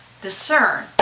discern